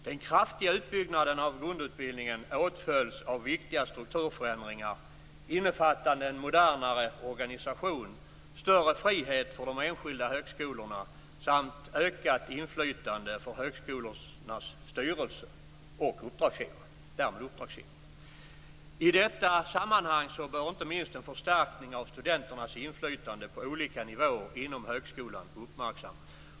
Den kraftiga utbyggnaden av grundutbildningen åtföljs av viktiga strukturförändringar innefattande en modernare organisation, större frihet för de enskilda högskolorna samt ökat inflytande för högskolornas styrelser och uppdragsgivare. I detta sammanhang bör inte minst en förstärkning av studenternas inflytande på olika nivåer inom högskolan uppmärksammas.